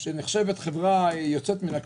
שנחשבת חברה יוצאת מן הכלל.